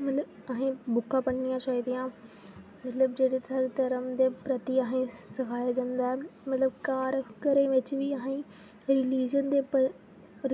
मतलब अहें बुकां पढ़नी चाही दियां मतलब जेहड़े साढ़े धर्म दे प्रति अहें ई सखाया जन्दा ऐ मतलब घर घरै बिच बी अहें ई रिलिजन दे उप्पर